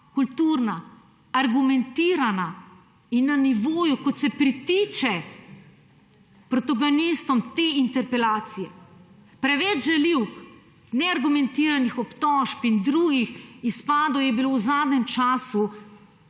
kulturna, argumentirana in na nivoju, kot se pritiče protagonistom te interpelacije. Preveč žaljivk, neargumentiranih obtožb in drugih izpadov je bilo v zadnjem času